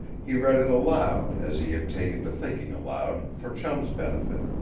he read it aloud as he had taken to thinking aloud for chum's benefit.